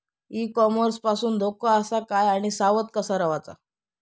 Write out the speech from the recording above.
E commerce पासून धोको आसा काय आणि सावध कसा रवाचा?